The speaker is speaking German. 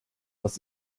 das